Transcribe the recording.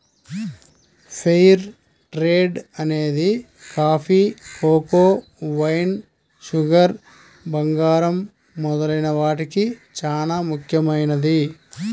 fair trade అనేది coffee, cocoa, wine, sugar, బంగారం మొదలైన వాటికి చానా ముఖ్యమైనది